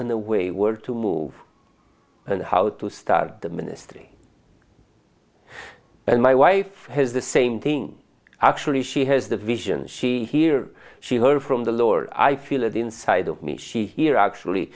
the way were to move and how to start the ministry and my wife has the same thing actually she has the vision she hears she heard from the lord i feel it inside of me she hear actually